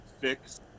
fix